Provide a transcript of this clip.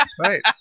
Right